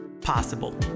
possible